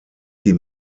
die